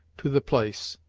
to the place,